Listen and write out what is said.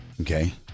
Okay